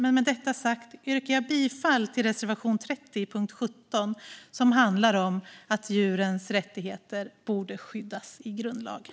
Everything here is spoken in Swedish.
Med det sagt yrkar jag bifall till reservation 30 under punkt 17 om att djurens rättigheter borde skyddas i grundlagen.